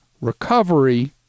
recovery